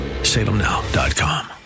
salemnow.com